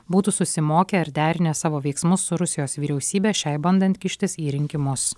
būtų susimokę ir derinę savo veiksmus su rusijos vyriausybe šiai bandant kištis į rinkimus